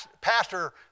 pastor